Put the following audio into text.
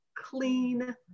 clean